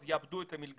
אז הם יאבדו את המלגה.